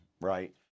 right